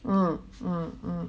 mm mm mm